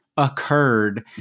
occurred